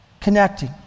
connecting